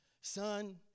son